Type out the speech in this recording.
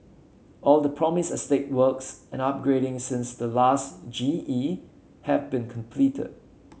all the promised estate works and upgrading since the last G E have been completed